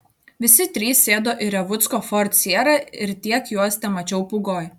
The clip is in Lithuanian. visi trys sėdo į revucko ford sierra ir tiek juos temačiau pūgoj